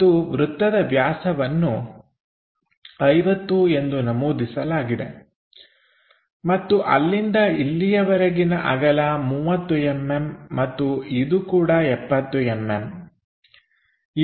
ಮತ್ತು ವೃತ್ತದ ವ್ಯಾಸವನ್ನು 50 ಎಂದು ನಮೂದಿಸಲಾಗಿದೆ ಮತ್ತು ಅಲ್ಲಿಂದ ಇಲ್ಲಿಯವರೆಗಿನ ಅಗಲ 30mm ಮತ್ತು ಇದು ಕೂಡ 70mm